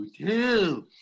hotel